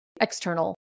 external